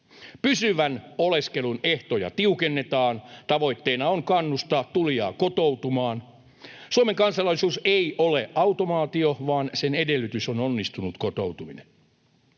Pysyvän oleskelun ehtoja tiukennetaan. Tavoitteena on kannustaa tulijaa kotoutumaan. Suomen kansalaisuus ei ole automaatio, vaan sen edellytys on onnistunut kotoutuminen.